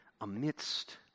amidst